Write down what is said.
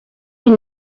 you